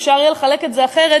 אפשר יהיה לחלק את זה אחרת,